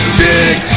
big